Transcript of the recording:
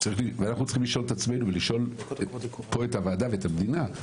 אנחנו צריכים לשאול את עצמנו ולשאול פה את הוועדה ואת המדינה,